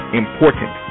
important